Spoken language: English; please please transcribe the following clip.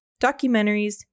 documentaries